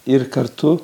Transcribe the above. ir kartu